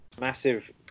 massive